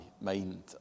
mind